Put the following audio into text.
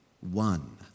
one